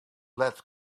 let